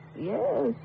Yes